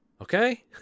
okay